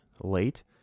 late